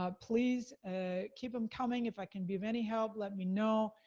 ah please ah keep them coming, if i can be of any help, let me know,